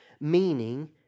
meaning